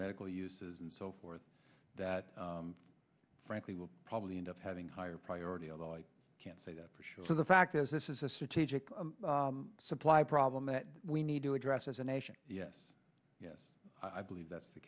medical uses and so forth that frankly will probably end up having higher priority although i can't say that for sure so the fact is this is a strategic supply problem that we need to address as a nation yes yes i believe that's the